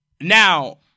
now